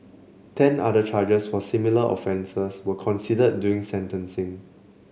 ten other charges for similar offences were considered during sentencing